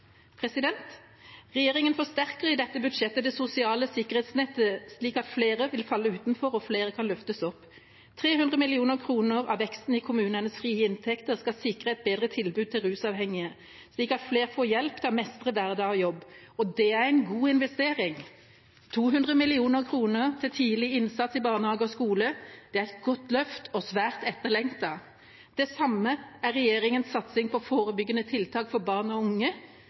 Regjeringa forsterker i dette budsjettet det sosiale sikkerhetsnettet, slik at færre vil falle utenfor, og flere kan løftes opp. 300 mill. kr av veksten i kommunenes frie inntekter skal sikre et bedre tilbud til rusavhengige, slik at flere får hjelp til å mestre hverdag og jobb. Det er en god investering. 200 mill. kr til tidlig innsats i barnehage og skole er et godt løft og svært etterlengtet. Det samme er regjeringas satsing på forebyggende tiltak for barn og unge